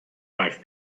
life